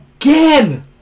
again